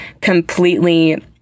completely